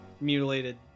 mutilated